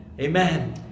Amen